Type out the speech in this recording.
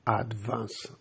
Advance